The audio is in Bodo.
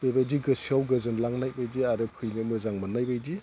बेबायदि गोसोआव गोजोनलांनायबायदि आरो फैनो मोजां मोननायबायदि